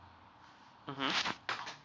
mmhmm